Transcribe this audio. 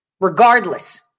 Regardless